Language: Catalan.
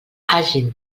hagin